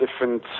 different